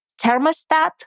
thermostat